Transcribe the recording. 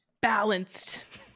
balanced